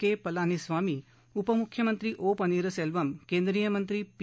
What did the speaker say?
के पलानीस्वामी उपमुख्यमंत्री ओ पन्नीरसेल्वम केंद्रीय मंत्री पी